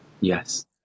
Yes